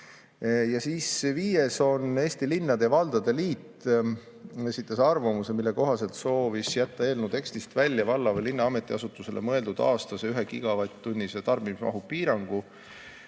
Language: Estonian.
Viies ettepanek. Eesti Linnade ja Valdade Liit esitas arvamuse, mille kohaselt sooviti jätta eelnõu tekstist välja valla või linna ametiasutusele mõeldud aastase 1‑gigavatt-tunnise tarbimismahu piirang.